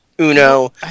Uno